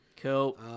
Cool